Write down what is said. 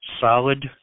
solid